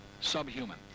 Subhuman